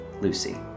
Lucy